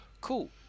cool